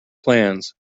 plans